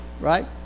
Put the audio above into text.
Right